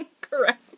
Correct